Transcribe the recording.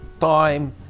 time